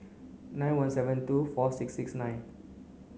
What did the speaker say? nine one seven two four six six nine